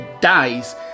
dies